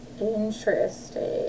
Interesting